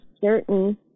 certain